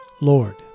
Lord